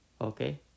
okay